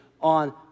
on